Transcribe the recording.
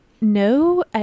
No